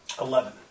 eleven